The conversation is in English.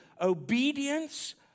Obedience